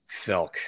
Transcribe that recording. Felk